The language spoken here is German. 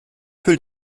fülle